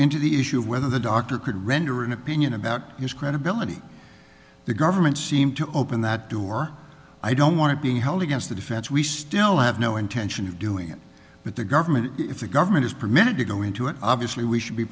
into the issue of whether the doctor could render an opinion about his credibility the government seemed to open that door i don't want to be held against the defense we still have no intention of doing it but the government if the government is permitted to go into it obviously we should be